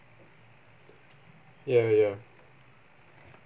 ya ya